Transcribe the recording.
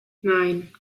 nein